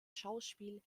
schauspiel